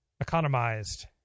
economized